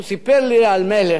הוא סיפר לי על מלך